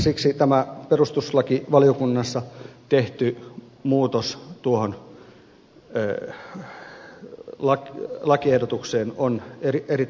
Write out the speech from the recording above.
siksi tämä perustuslakivaliokunnassa tehty muutos tuohon lakiehdotukseen on erittäin tärkeä